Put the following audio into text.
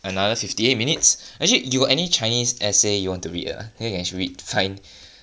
another fifty eight minutes actually you any chinese essay you want to read or not ah then we can just read